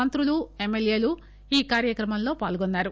మంత్రులు ఎమ్మెల్యేలు ఈ కార్యక్రమంలో పాల్గొన్నారు